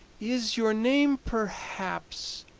is your name perhaps,